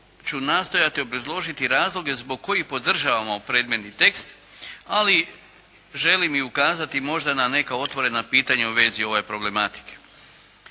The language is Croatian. ću nastojati obrazložiti razloge zbog kojih podržavamo predmetni tekst, ali želim i ukazati možda na neka otvorena pitanja u vezi ove problematike.